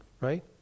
right